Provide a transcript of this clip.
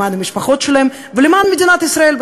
למען המשפחות שלהם ולמען מדינת ישראל,